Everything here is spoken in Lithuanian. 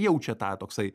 jaučia tą toksai